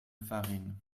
farine